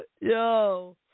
Yo